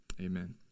Amen